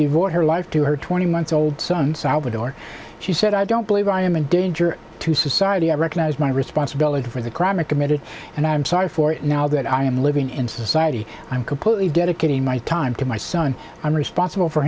devote her life to her twenty month old son salvatore she said i don't believe i am a danger to society i recognise my responsibility for the crime i committed and i'm sorry for it now that i am living in society i'm completely dedicating my time to my son i'm responsible for